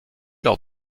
lors